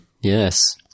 yes